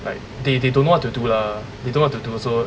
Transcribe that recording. like they they don't want to do lah they don't know what to do so